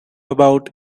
about